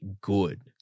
good